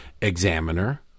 Examiner